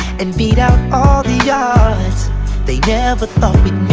and beat out all the ah odds they never thought we'd